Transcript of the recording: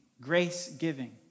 grace-giving